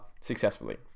successfully